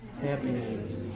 Happy